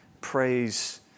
praise